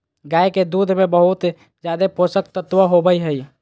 गाय के दूध में बहुत ज़्यादे पोषक तत्व होबई हई